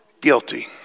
guilty